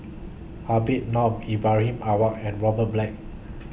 Habib Noh Ibrahim Awang and Robert Black